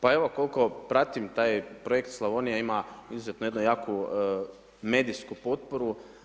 Pa evo, koliko pratim taj projekt Slavonija ima izuzetno jednu jaku medijsku potporu.